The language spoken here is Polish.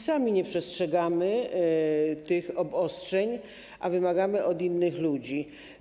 Sami nie przestrzegamy obostrzeń, a wymagamy tego od innych ludzi.